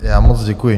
Já moc děkuji.